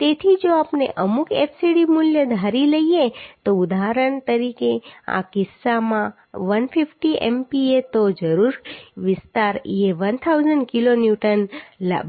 તેથી જો આપણે અમુક fcd મૂલ્ય ધારી લઈએ તો ઉદાહરણ તરીકે આ કિસ્સામાં 150 MPa તો જરૂરી વિસ્તાર A 1000 કિલોન્યુટન